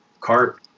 cart